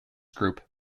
group